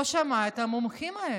לא שמעה את המומחים האלה,